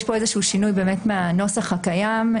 יש כאן איזשהו שינוי מהנוסח הקיים.